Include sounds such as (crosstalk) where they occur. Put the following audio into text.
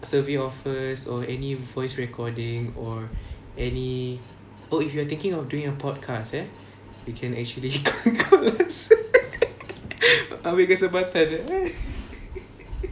survey offers or any voice recording or any oh if you are thinking of doing a podcast eh you can actually (laughs) ambil kesempatan eh